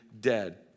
dead